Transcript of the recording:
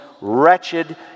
wretched